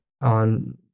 on